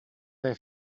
they